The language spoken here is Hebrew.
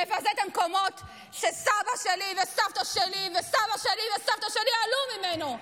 מבזה את המקומות שסבא שלי וסבתא שלי וסבא שלי וסבתא שלי עלו ממנו.